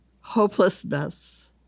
hopelessness